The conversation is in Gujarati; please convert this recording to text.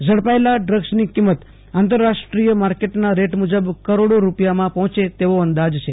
ઝડપાયેલા ડ્રગ્સની કિંમત આંતરરાષ્ટ્રીય માર્કેટના રેટ મ્રજબ કરોડો રૂપિયામાં પર્હોંચે તેવો અંદાજ છે